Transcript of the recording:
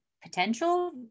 potential